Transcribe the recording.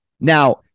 Now